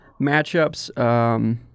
matchups